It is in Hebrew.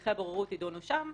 הליכי הבוררות יידונו שם,